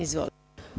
Izvolite.